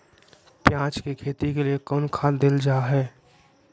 प्याज के खेती के लिए कौन खाद देल जा हाय?